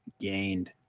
gained